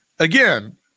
Again